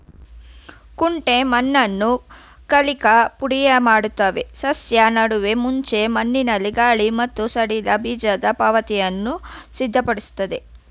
ಕುಂಟೆ ಮಣ್ಣನ್ನು ಕಲಕಿ ಪುಡಿಮಾಡ್ತವೆ ಸಸ್ಯ ನೆಡುವ ಮುಂಚೆ ಮಣ್ಣಲ್ಲಿ ಗಾಳಿ ಮತ್ತು ಸಡಿಲ ಬೀಜದ ಪಾತಿಯನ್ನು ಸಿದ್ಧಪಡಿಸ್ತದೆ